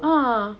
ah